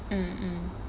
mm mm